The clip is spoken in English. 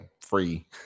free